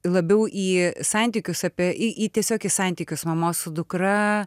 labiau į santykius apie į į tiesiog į santykius mamos su dukra